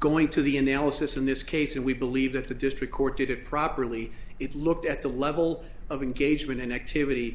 going to the analysis in this case and we believe that the district court did it properly it looked at the level of engagement and activity